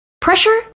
Pressure